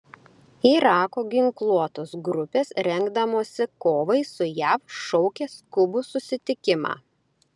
irako ginkluotos grupės rengdamosi kovai su jav šaukia skubų susitikimą